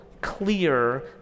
clear